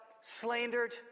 slandered